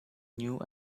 knew